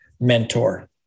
mentor